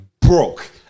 broke